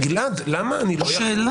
--- גלעד, למה אני לא יכול --- שאלה.